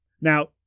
Now